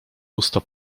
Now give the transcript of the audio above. usta